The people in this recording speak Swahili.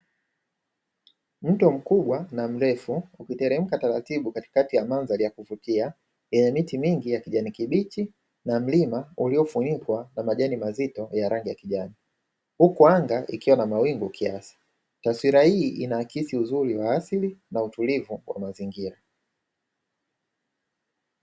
Mto mkubwa na mrefu ukiteremka taratibu katikati ya mandhari ya kuvutia yenye miti mingi ya kijani kibichi na mlima uliofunikwa na majani mazito ya rangi ya kijani, huku anga ikiwa na mawingu kiasi, taswira hii inaakisi uzuri wa asili na utulivu wa mazingira